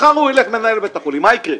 מחר ילך מנהל בית החולים ואז מה יקרה?